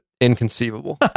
Inconceivable